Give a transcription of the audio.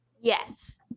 Yes